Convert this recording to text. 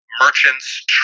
Merchants